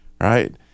right